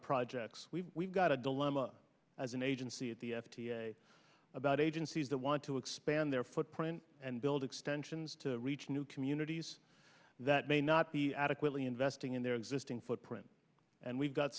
projects we we've got a dilemma as an agency at the f d a about agencies that want to expand their footprint and build extensions to reach new communities that may not be adequately investing in their existing footprint and we've got